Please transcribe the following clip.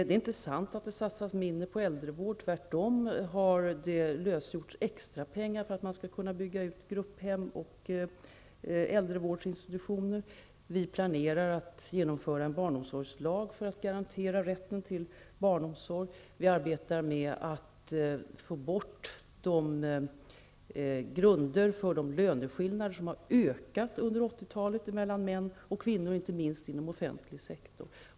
Det är inte sant att det satsas mindre på äldrevård. Det har tvärtom lösgjorts extra pengar för att man skall kunna bygga ut grupphem och äldrevårdsinstitutioner. Vi planerar att genomföra en barnomsorgslag för att garantera rätten till barnomsorg. Vi arbetar med att få bort grunderna för löneskillnaderna mellan män och kvinnor, som har ökat under 80-talet -- inte minst inom offentlig sektor.